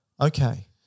Okay